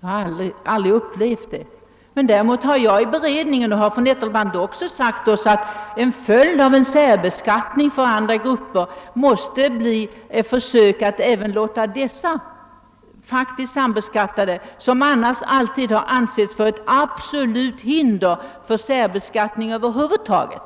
Jag har aldrig upplevt det. Däremot har jag och fru Nettelbrandt i beredningen sagt att en följd av en särbeskattning för andra grupper måste bli försök att även låta dessa faktiskt sambeskattade bli individuellt beskattade. De har alltid tidigare anförts som ett absolut hinder för särbeskattning över huvud taget.